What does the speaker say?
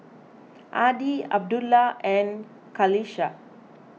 Adi Abdullah and Qalisha